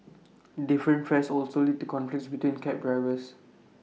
different fares also lead to conflicts between cab drivers